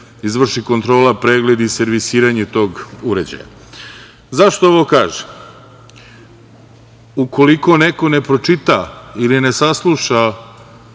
izvrši kontrola, pregled i servisiranje tog uređaja.Zašto ovo kažem? Ukoliko neko ne pročita ili ne sasluša,